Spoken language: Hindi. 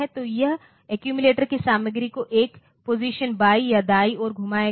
तो यह एक्यूमिलेटर की सामग्री को एक पोजीशन बाईं या दाईं ओर घुमाएगा